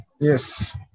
Yes